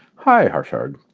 hi harshard.